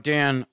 Dan